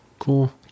cool